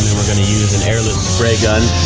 we're going to use an airless spray gun